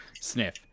Sniff